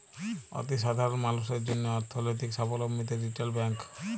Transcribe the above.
অতি সাধারল মালুসের জ্যনহে অথ্থলৈতিক সাবলম্বীদের রিটেল ব্যাংক